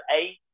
eight